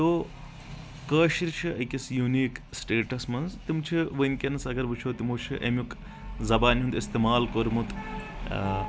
تو کٲشر چھِ أکِس یوٗنیٖک سٹیٹس منٛز تِم چھِ ؤنکیٚس اگر وٕچھو تِمو چھُ امیُک زبانہِ ہُنٛد استعمال کوٚرمُت